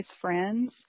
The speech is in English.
friends